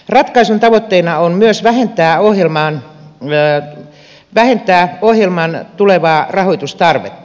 ratkaisun tavoitteena on myös vähentää ohjelman tulevaa rahoitustarvetta